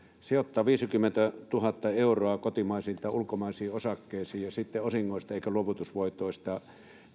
sijoittaa viisikymmentätuhatta euroa kotimaisiin tai ulkomaisiin osakkeisiin ja sitten ei osingoista eikä luovutusvoitoista